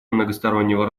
многостороннего